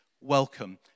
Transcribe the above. Welcome